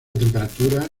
temperatura